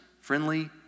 friendly